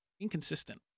Inconsistent